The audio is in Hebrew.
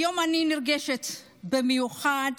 היום אני נרגשת במיוחד,